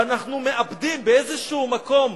ואנחנו מאבדים באיזשהו מקום,